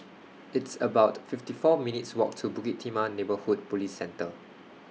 It's about fifty four minutes' Walk to Bukit Timah Neighbourhood Police Centre